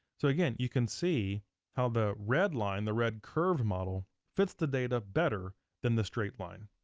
so again, you can see how the red line, the red curved model, fits the data better than the straight line.